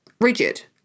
rigid